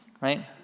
right